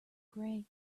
gray